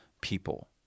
people